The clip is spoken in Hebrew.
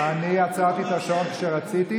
אני עצרתי את השעון כשרציתי.